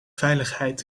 veiligheid